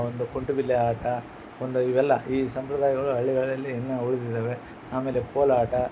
ಒಂದು ಕುಂಟೆ ಬಿಲ್ಲೆ ಆಟ ಒಂದು ಇವೆಲ್ಲ ಈ ಸಂಪ್ರದಾಯಗಳು ಹಳ್ಳಿಗಳಲ್ಲಿ ಇನ್ನು ಉಳಿದಿದಾವೇ ಆಮೇಲೆ ಕೋಲಾಟ